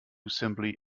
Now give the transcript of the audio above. simply